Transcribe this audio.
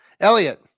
Elliot